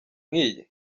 nkiyi